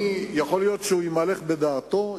יכול להיות שהוא יימלך בדעתו,